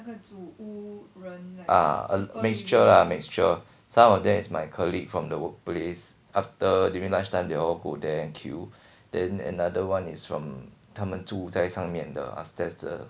ah mixture ah mixture some of them I my colleague from the work place after during lunch time they all go there and queue then another one is from 他们住在上面的 upstairs the